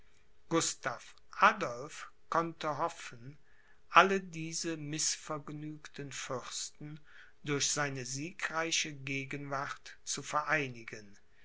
gustav adolph konnte hoffen alle diese mißvergnügten fürsten durch seine siegreiche gegenwart zu vereinigen